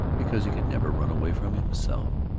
because he could never run away from himself.